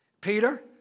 Peter